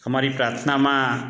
અમારી પ્રાર્થનામાં